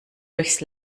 durchs